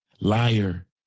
liar